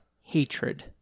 hatred